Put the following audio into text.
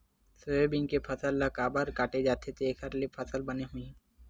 Soybean के फसल ल काबर काटे जाथे जेखर ले फसल बने होही?